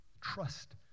Trust